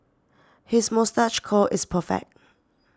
his moustache curl is perfect